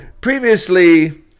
previously